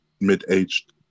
mid-aged